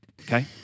Okay